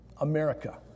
America